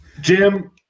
jim